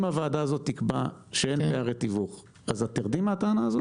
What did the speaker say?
הוועדה הזאת תקבע שאין פערי תיווך אז את תרדי מהטענה?